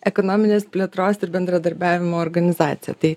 ekonominės plėtros ir bendradarbiavimo organizacija tai